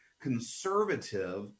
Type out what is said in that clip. conservative